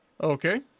Okay